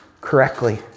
correctly